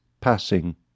passing